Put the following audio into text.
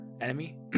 enemy